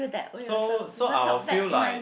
so so I'll feel like